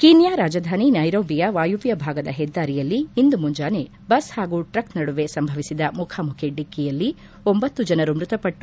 quinoa ರಾಜಧಾನಿ ನೈರೋಬಿಯ ವಾಯುವ್ಯ ಭಾಗದ ಹೆದ್ದಾರಿಯಲ್ಲಿ ಇಂದು ಮುಂಜಾನೆ ಬಸ್ ಹಾಗೂ ಟ್ರಕ್ ನಡುವೆ ಸಂಭವಿಸಿದ ಮುಖಾಮುಖಿ ಡಿಕ್ಕಿಯಲ್ಲಿ ಒಂಬತ್ತು ಜನರು ಮೃತಪಟ್ಟು